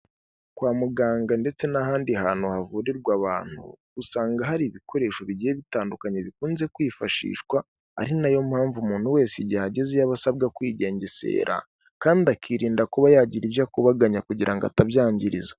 Kwa muganga ndetse n'ahandi hantu havurirwa abantu, usanga hari ibikoresho bigiye bitandukanye bikunze kwifashishwa, ari na yo mpamvu umuntu wese igihe agezeyo aba asabwa kwigengesera kandi akirinda kuba yagira ibyo akubaganya kugira ngo atabyangirizwa.